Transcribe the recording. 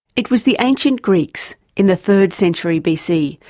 it was the ancient greeks, in the third century b. c,